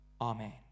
Amen